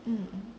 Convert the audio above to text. mm